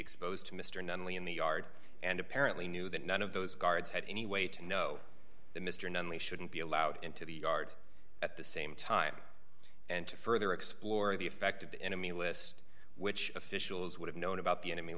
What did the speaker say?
exposed to mr nunley in the yard and apparently knew that none of those guards had any way to know that mr nunley shouldn't be allowed into the yard at the same time and to further explore the effect of the enemy list which officials would have known about the enemy